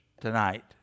tonight